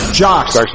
jocks